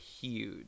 huge